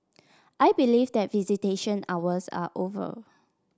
I believe that visitation hours are over